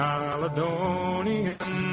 Caledonian